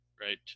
right